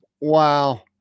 Wow